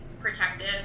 protective